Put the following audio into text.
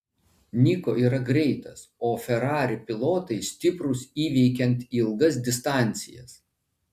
niko yra greitas o ferrari pilotai stiprūs įveikiant ilgas distancijas